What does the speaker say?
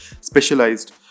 specialized